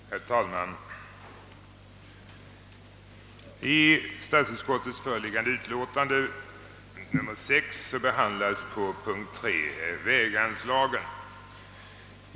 Herr talman! I statsutskottets föreliggande utlåtande nr 6 behandlas under punkt 3 väganslagen.